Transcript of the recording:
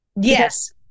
Yes